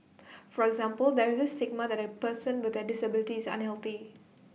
for example there's this stigma that A person with A disability is unhealthy